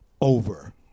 over